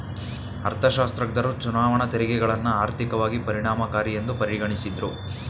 ಅರ್ಥಶಾಸ್ತ್ರಜ್ಞರು ಚುನಾವಣಾ ತೆರಿಗೆಗಳನ್ನ ಆರ್ಥಿಕವಾಗಿ ಪರಿಣಾಮಕಾರಿಯೆಂದು ಪರಿಗಣಿಸಿದ್ದ್ರು